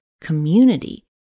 community